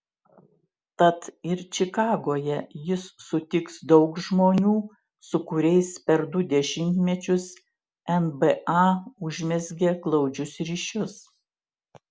tad ir čikagoje jis sutiks daug žmonių su kuriais per du dešimtmečius nba užmezgė glaudžius ryšius